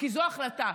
כי זו ההחלטה.